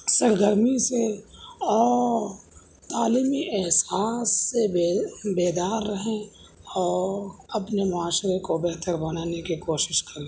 سرگرمی سے اور تعلیمی احساس سے بیدار رہیں اور اپنے معاشرہ کو بہتر بنانے کی کوشش کریں